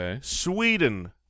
Sweden